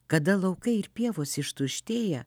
kada laukai ir pievos ištuštėja